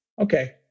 Okay